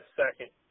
second